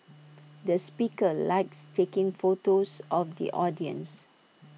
the speaker likes taking photos of the audience